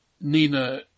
Nina